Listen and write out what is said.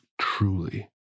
truly